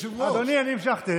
30 ח"כים.